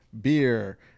beer